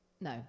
no